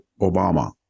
obama